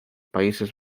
países